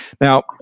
Now